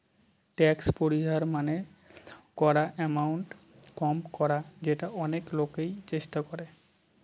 tax পরিহার মানে করা এমাউন্ট কম করা যেটা অনেক লোকই চেষ্টা করে